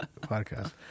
podcast